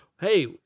Hey